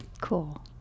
cool